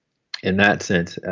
in that sense,